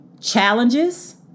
challenges